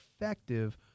effective